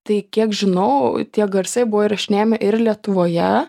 tai kiek žinau tie garsai buvo įrašinėjami ir lietuvoje